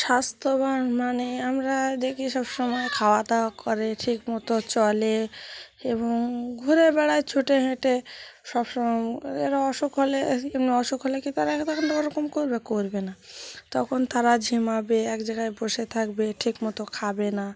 স্বাস্থ্যবান মানে আমরা দেখি সবসময় খাওয়া দাওয়া করে ঠিক মতো চলে এবং ঘুরে বেড়ায় ছুটে হেঁটে সবসময় এরা অসুখ হলে এমনি অসুখ হলে কি তারা কিন্তু ওরকম করবে করবে না তখন তারা ঝিমাবে এক জায়গায় বসে থাকবে ঠিক মতো খাবে না